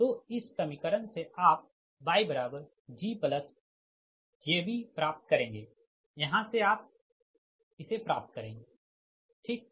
तो इस समीकरण से आप YGjB प्राप्त करेंगे यहाँ से आप इसे प्राप्त करेंगे ठीक